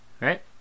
Right